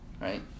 Right